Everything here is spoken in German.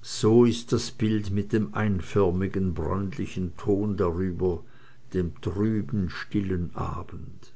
so ist das bild mit dem einförmigen bräunlichen ton darüber dem trüben stillen abend